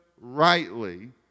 rightly